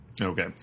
Okay